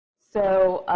so,